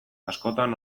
askotan